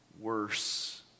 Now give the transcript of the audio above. worse